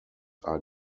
are